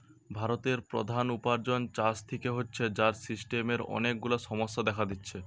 ভারতের প্রধান উপার্জন চাষ থিকে হচ্ছে, যার সিস্টেমের অনেক গুলা সমস্যা দেখা দিচ্ছে